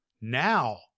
Now